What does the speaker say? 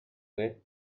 light